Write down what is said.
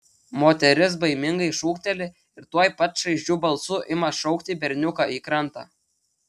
moteris baimingai šūkteli ir tuoj pat šaižiu balsu ima šaukti berniuką į krantą